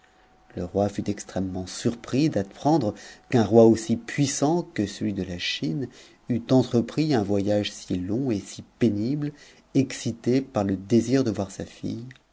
le roi fut extrêmement surpris d'apprendre qu'un roi aussi puissant que celui de la chine eût entrepris un voyage si long et si pénible excité par le désir de voir sa fille